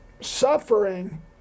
suffering